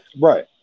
right